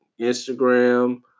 Instagram